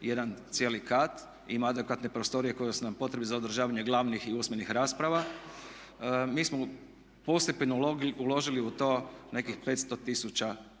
jedan cijeli kat, ima adekvatne prostorije koje su nam potrebne za održavanje glavnih i usmenih rasprava. Mi smo postepeno uložili u to nekih 500